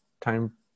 time